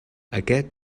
aquest